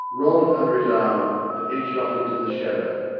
rolled it under his arm, and edged off into the shadow.